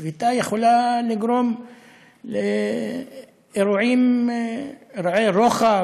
שביתה יכולה לגרום לאירועי רוחב,